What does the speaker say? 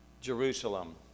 Jerusalem